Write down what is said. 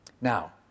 Now